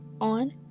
on